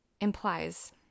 implies